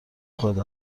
خودت